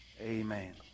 Amen